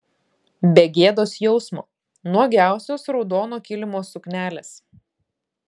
be gėdos jausmo nuogiausios raudono kilimo suknelės